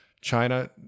China